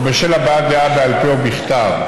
או בשל הבעת דעה בעל פה או בכתב".